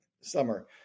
summer